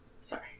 Sorry